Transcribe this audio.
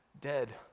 dead